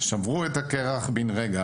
שברו את הקרח בין רגע,